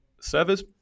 servers